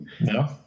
No